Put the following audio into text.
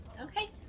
Okay